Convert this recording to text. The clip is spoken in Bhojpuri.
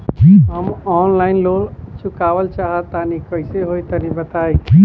हम आनलाइन लोन चुकावल चाहऽ तनि कइसे होई तनि बताई?